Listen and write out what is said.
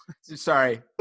sorry